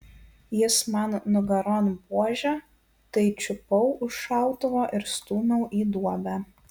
jis man nugaron buože tai čiupau už šautuvo ir stūmiau į duobę